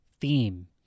theme